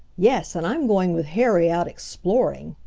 yes, and i'm going with harry out exploring,